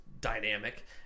dynamic